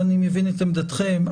ואני מבין את עמדתכם,